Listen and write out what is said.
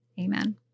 Amen